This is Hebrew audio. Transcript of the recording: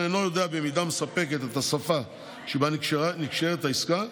אינו יודע במידה מספקת את השפה שבה נקשרת העסקה,